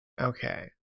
Okay